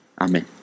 Amen